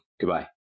Goodbye